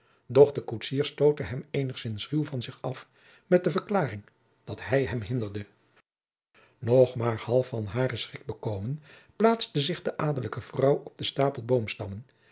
de koetsier stootte hem eenigzins ruw van zich af met de verklaring dat hij hem hinderde nog maar half van haren schrik bekomen plaatste zich de adelijke vrouw op den stapel boomstammen